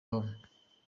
home